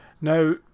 Now